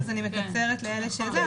-- אני מקצרת לאלה שזה.